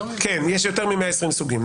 כן, יש יותר מ-120 סוגים.